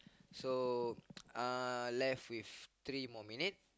so uh left with three more minute